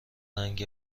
رنگ